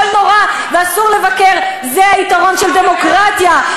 נורא" ו"אסור לבקר" זה היתרון של דמוקרטיה,